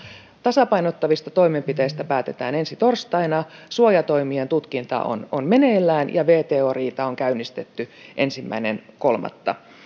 tasapainottavista toimenpiteistä päätetään ensi torstaina suojatoimien tutkinta on on meneillään ja wto riita on käynnistetty ensimmäinen kolmatta